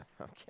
okay